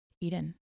Eden